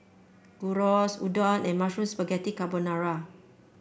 Gyros Udon and Mushroom Spaghetti Carbonara